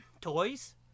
Toys